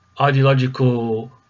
ideological